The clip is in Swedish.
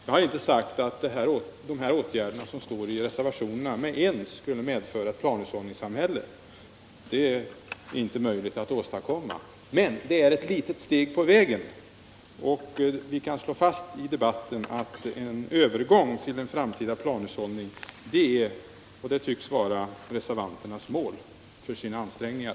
Jag har dock inte sagt att de åtgärder som anges i reservationerna med ens skulle medföra ett planhushållningssamhälle — det är inte möjligt att åstadkomma detta med enbart dessa åtgärder — men de är ett litet steg på vägen dit. Vi kan slå fast i debatten att en övergång till den framtida planhushållningen tycks vara reservanternas mål för sina ansträngningar.